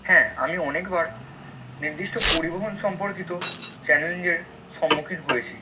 হ্যাঁ আমি অনেকবার নির্দিষ্ট পরিবহণ সম্পর্কিত চ্যালেঞ্জের সম্মুখীন হয়েছি